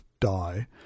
die